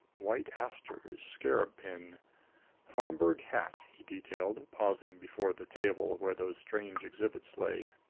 white asters scarab pin homburg hat, he detailed, pausing before the table where those strange exhibits lay.